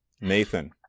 Nathan